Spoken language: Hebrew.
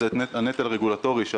היא הנטל הרגולטורי.